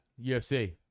ufc